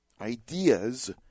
Ideas